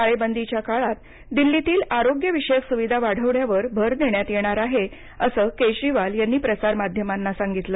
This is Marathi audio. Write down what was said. टाळेबंदीच्या काळात दिल्लीतील आरोग्यविषयक सुविधा वाढविण्यावर भर देण्यात येणार आहे असं केजरीवाल यांनी प्रसारमाध्यमांना सांगितलं